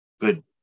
good